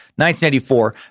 1984